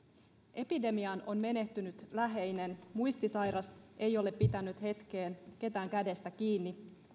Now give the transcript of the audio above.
epidemiaan on menehtynyt läheinen muistisairas ei ole pitänyt hetkeen ketään kädestä kiinni